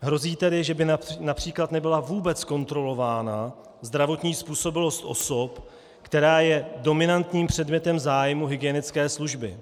Hrozí tedy, že by například nebyla vůbec kontrolována zdravotní způsobilost osob, která je dominantním předmětem zájmu hygienické služby.